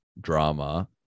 drama